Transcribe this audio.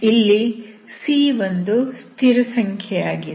ಇಲ್ಲಿ c ಒಂದು ಸ್ಥಿರಸಂಖ್ಯೆಯಾಗಿದೆ